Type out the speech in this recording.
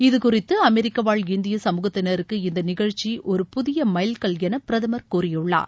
இதுகுறித்து அமெரிக்காவாழ் இந்திய சமூகத்தினருக்கு இந்த நிகழ்ச்சி ஒரு புதிய மைல்கல் என பிரதமர் கூறியுள்ளார்